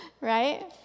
Right